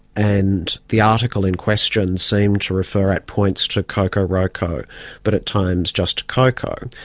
and the article in question seemed to refer at points to coco roco but at times just coco.